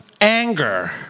anger